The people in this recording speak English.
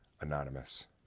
anonymous